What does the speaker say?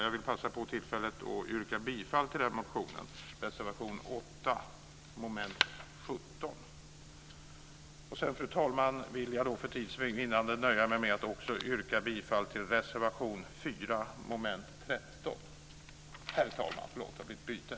Jag vill passa på tillfället att yrka bifall till den motionen och till reservation 8 under mom. 17. Herr talman! För tids vinnande vill jag nöja mig med att också yrka bifall till reservation 4 under mom. 13.